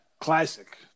Classic